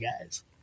guys